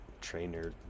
trainer